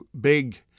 big